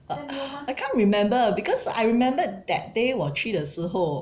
I can't remember because I remembered that day 我去的时候